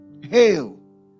hail